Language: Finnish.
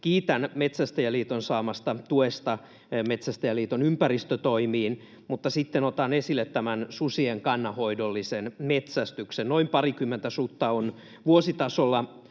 Kiitän Metsästäjäliiton saamasta tuesta Metsästäjäliiton ympäristötoimiin, mutta sitten otan esille tämän susien kannanhoidollisen metsästyksen. Noin parikymmentä sutta on vuositasolla